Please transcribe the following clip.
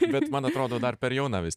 bet man atrodo dar per jauna vis